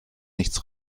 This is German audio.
nichts